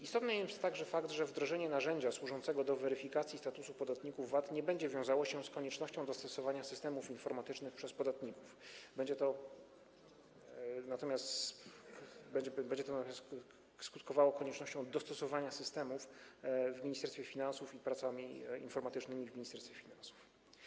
Istotny jest fakt, że wdrożenie narzędzia służącego do weryfikacji statusu podatników VAT nie będzie wiązało się z koniecznością dostosowania systemów informatycznych przez podatników, będzie to natomiast skutkowało koniecznością dostosowania systemów w Ministerstwie Finansów i prac informatycznych w Ministerstwie Finansów.